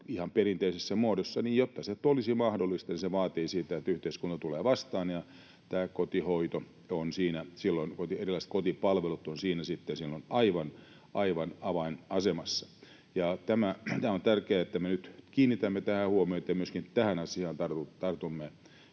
ihan perinteisessä muodossa, niin jotta se nyt olisi mahdollista, se vaatii sitä, että yhteiskunta tulee vastaan, ja tämä kotihoito ja erilaiset kotipalvelut ovat siinä sitten aivan avainasemassa. On tärkeää, että me nyt kiinnitämme tähän huomiota ja myöskin tähän asiaan tartumme